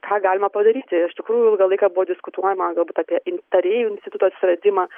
ką galima padaryti ir ištikrųjų ilgą laiką buvo diskutuojama galbūt apie tarėjų instituto atsiradimą